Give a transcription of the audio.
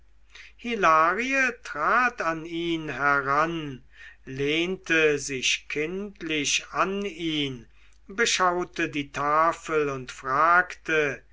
familiengemälde hilarie trat an ihn heran lehnte sich kindlich an ihn beschaute die tafel und fragte